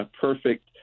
perfect